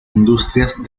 industrias